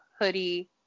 hoodie